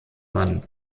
mann